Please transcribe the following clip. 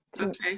Okay